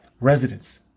residents